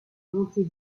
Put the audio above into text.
monter